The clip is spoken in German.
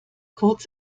kurz